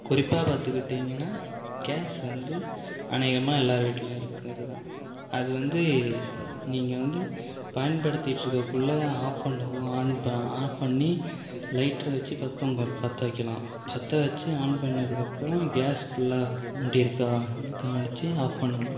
குறிப்பாக பார்த்துகிட்டீங்கன்னா கேஸ் வந்து அனேகமாக எல்லார் வீட்லேயும் இருக்கிறது தான் அது வந்து நீங்கள் வந்து பயன்படுத்திகிட்ருக்ககுள்ள ஆஃப் பண்ணவோ ஆன் ஆஃப் பண்ணி லைட்டர வச்சு பற்ற பற்ற வக்கலாம் பற்ற வச்சு ஆன் பண்ணதுக்கப்புறம் கேஸ் ஃபுல்லாக மூடிருக்கானு கவனித்து ஆஃப் பண்ணணும்